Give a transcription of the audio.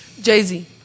Jay-Z